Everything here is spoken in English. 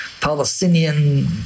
Palestinian